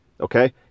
Okay